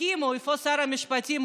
איפה שר המשפטים?